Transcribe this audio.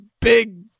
big